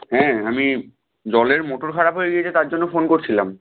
হ্যাঁ আমি জলের মোটর খারাপ হয়ে গিয়েছে তার জন্য ফোন করছিলাম